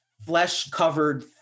flesh-covered